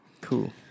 Cool